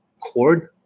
cord